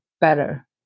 better